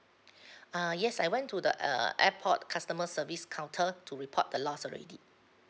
uh yes I went to the uh airport customer service counter to report the lost already